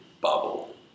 bubble